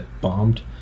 bombed